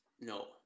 No